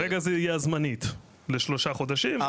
ברגע זה היא זמנית לשלושה חודשים,